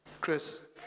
Chris